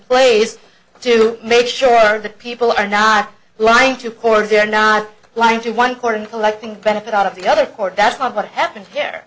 place to make sure that people are not lying to court they're not lying to one corner collecting benefit out of the other court that's not what happened there